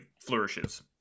flourishes